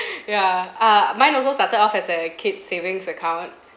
ya err mine also started off as a kids' savings account